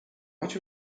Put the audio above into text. much